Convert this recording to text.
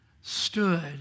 stood